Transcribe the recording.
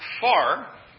far